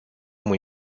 muy